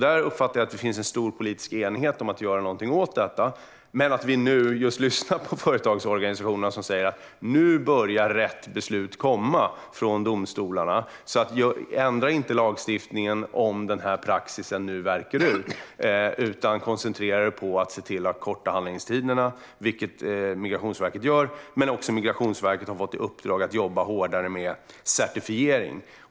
Jag uppfattar att det finns en stor politisk enighet om att göra någonting åt detta. Men vi lyssnar också just nu på företagsorganisationerna, som säger: Nu börjar rätt beslut att komma från domstolarna. Ändra inte lagstiftningen om denna praxis nu värker ut, utan koncentrera er på att se till att korta handläggningstiderna! Migrationsverket gör detta, men de har också fått i uppdrag att jobba hårdare med certifiering.